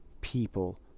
people